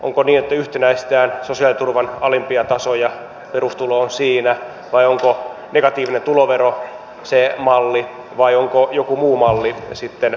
onko niin että yhtenäistetään sosiaaliturvan alimpia tasoja ja perustulo on siinä vai onko negatiivinen tulovero se malli vai onko joku muu malli sitten parempi